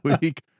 week